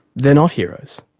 they are not heroes,